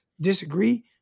disagree